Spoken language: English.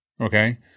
okay